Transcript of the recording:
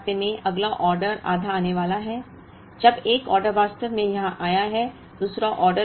अब आधे रास्ते में अगला ऑर्डर आधा आने वाला है अब 1 ऑर्डर वास्तव में यहाँ आया है